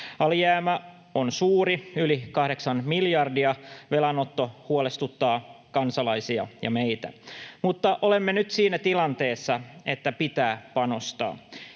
Alijäämä on suuri, yli kahdeksan miljardia, velanotto huolestuttaa kansalaisia ja meitä, mutta olemme nyt siinä tilanteessa, että pitää panostaa.